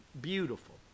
beautiful